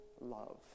love